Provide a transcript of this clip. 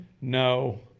No